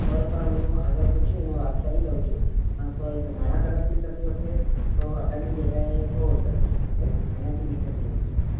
તોય પણ હું આગળ પૂછી અને વાત કરી લઉં છું અને જો મારા તરફથી થતું હશે તો અઢારની જગ્યાએ સોળ કરી આપીશ આનાથી નીચે તો નહીં થઈ શકે